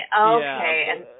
Okay